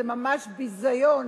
ביזיון.